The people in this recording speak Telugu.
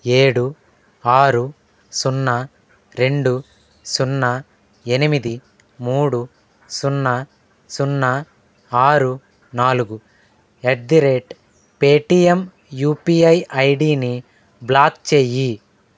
ఏడు ఆరు సున్నా రెండు సున్నా ఎనిమిది మూడు సున్నా సున్నా ఆరు నాలుగు at the rate Paytm UPI ఐడీనీ బ్లాక్ చెయ్యి